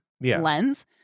lens